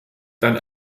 dann